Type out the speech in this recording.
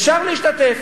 אפשר להשתתף.